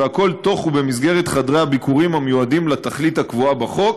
והכול תוך ובמסגרת חדרי הביקורים המיועדים לתכלית הקבועה בחוק,